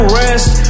rest